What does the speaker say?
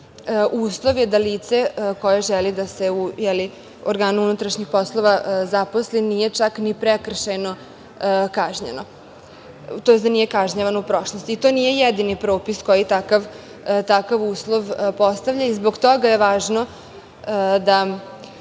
uslov je da lice koje želi da se u organu unutrašnjih poslova zaposli nije čak ni prekršajno kažnjeno, tj. da nije kažnjavano u prošlosti. To nije jedini propis koji takav uslov postavlja i zbog toga je važno da